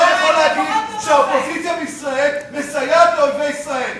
הוא לא יכול להגיד שהאופוזיציה בישראל מסייעת לאויבי ישראל.